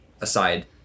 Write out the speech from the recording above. aside